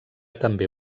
també